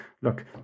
look